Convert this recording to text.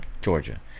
Georgia